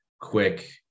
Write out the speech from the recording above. quick